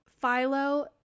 Philo